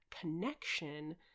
connection